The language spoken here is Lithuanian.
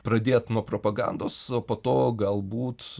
pradėt nuo propagandos o po to galbūt